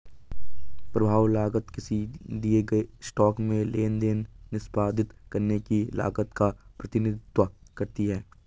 प्रभाव लागत किसी दिए गए स्टॉक में लेनदेन निष्पादित करने की लागत का प्रतिनिधित्व करती है